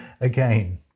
again